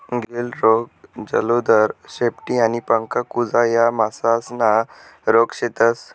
गिल्ड रोग, जलोदर, शेपटी आणि पंख कुजा या मासासना रोग शेतस